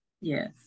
Yes